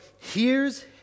hears